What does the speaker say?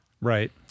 Right